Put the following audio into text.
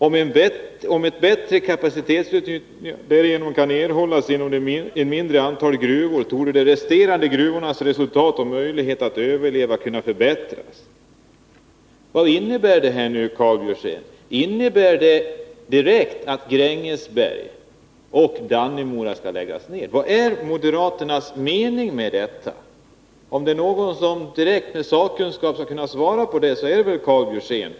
Om ett bättre kapacitetsutnyttjande därigenom kan erhållas inom ett mindre antal gruvor torde de resterande gruvornas resultat och möjlighet att överleva kunna förbättras.” Vad innebär det här nu, Karl Björzén? Innebär det direkt att Grängesberg och Dannemora skall läggas ner? Vad är moderaternas mening med detta? Om det är någon som med sakkunskap kan svara på det, så är det väl Karl Björzén.